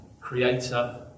creator